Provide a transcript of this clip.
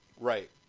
Right